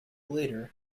later